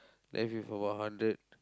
left with about hundred